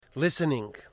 Listening